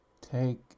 take